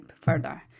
further